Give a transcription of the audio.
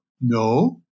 No